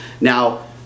Now